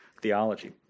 theology